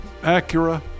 Acura